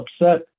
upset